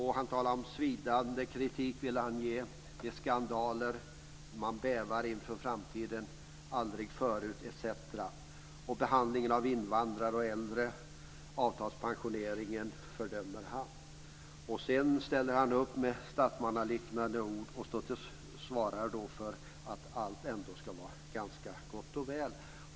Han talar om att han vill ge svidande kritik, det är skandaler, man bävar inför framtiden, aldrig förut etc. Behandlingen av invandrare och äldre samt avtalspensioneringen fördömer han. Sedan ställer han upp med statsmannaliknande ord och svarar för att allt ändå ska vara ganska gott och väl.